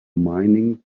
mining